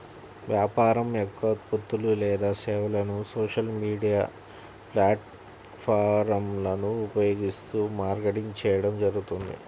వ్యాపారం యొక్క ఉత్పత్తులు లేదా సేవలను సోషల్ మీడియా ప్లాట్ఫారమ్లను ఉపయోగిస్తూ మార్కెటింగ్ చేయడం జరుగుతుంది